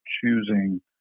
choosing